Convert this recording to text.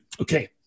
okay